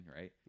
right